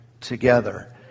together